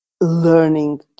learning